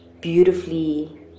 beautifully